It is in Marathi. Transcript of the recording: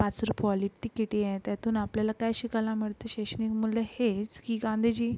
पाच रुपयेवाली तिकिटी आहे त्यातून आपल्याला काय शिकायला मिळतं शैक्षणिक मूल्य हेच की गांधीजी